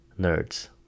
nerds